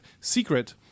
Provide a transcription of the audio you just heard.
secret